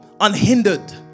unhindered